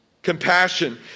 Compassion